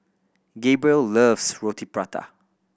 Gabriel loves Roti Prata